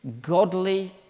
godly